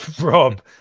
Rob